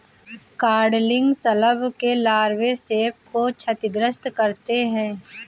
codling शलभ के लार्वे सेब को क्षतिग्रस्त करते है